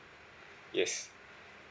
yes